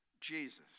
Jesus